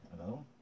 Hello